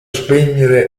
spegnere